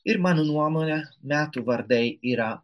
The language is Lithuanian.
ir mano nuomone metų vardai yra